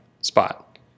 spot